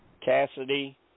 Cassidy